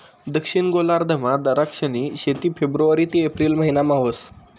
दक्षिण गोलार्धमा दराक्षनी शेती फेब्रुवारी ते एप्रिल महिनामा व्हस